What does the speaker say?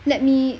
let me